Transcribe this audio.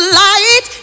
light